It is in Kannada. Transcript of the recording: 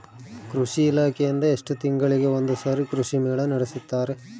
ಕೃಷಿ ಇಲಾಖೆಯಿಂದ ಎಷ್ಟು ತಿಂಗಳಿಗೆ ಒಂದುಸಾರಿ ಕೃಷಿ ಮೇಳ ನಡೆಸುತ್ತಾರೆ?